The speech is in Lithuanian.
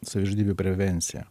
savižudybių prevencija